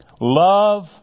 Love